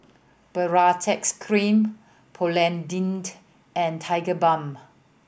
Baritex Cream Polident and Tigerbalm